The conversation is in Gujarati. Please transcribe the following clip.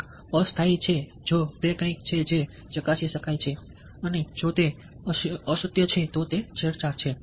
એક અસ્થાયી છે જો તે કંઈક છે જે ચકાસી શકાય છે અને જો તે અસત્ય છે તો તે છેડછાડ છે